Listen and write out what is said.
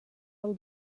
del